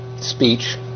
speech